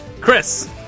Chris